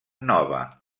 nova